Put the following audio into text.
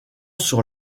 sur